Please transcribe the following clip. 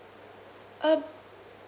uh